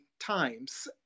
times